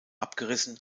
abgerissen